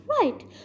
right